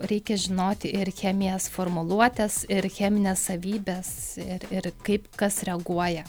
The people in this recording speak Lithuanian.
reikia žinoti ir chemijos formuluotes ir chemines savybes ir ir kaip kas reaguoja